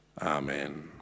Amen